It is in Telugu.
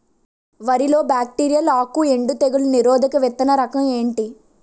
వరి లో బ్యాక్టీరియల్ ఆకు ఎండు తెగులు నిరోధక విత్తన రకం ఏంటి?